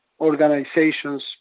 organizations